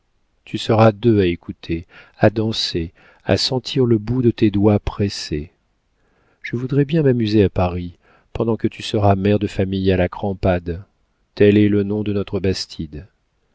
tu seras deux à écouter à danser à sentir le bout de tes doigts pressé je voudrais bien m'amuser à paris pendant que tu seras mère de famille à la crampade tel est le nom de notre bastide